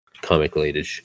comic-related